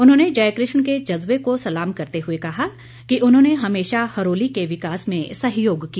उन्होंने जयकृष्ण के जज्बे को सलाम करते हुए कहा कि उन्होंने हमेशा हरोली के विकास में सहयोग किया